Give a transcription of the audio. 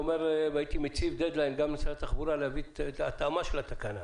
והייתי מציב דד-ליין גם למשרד התחבורה להביא את ההתאמה של התקנה,